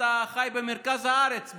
אתה חי במרכז הארץ,